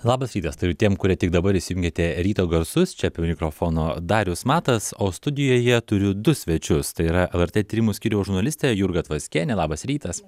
labas rytas tariu tiem kurie tik dabar įsijungėte ryto garsus čia prie mikrofono darius matas o studijoje turiu du svečius tai yra lrt tyrimų skyriaus žurnalistė jurga tvaskienė labas rytas